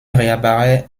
réapparaît